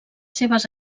seves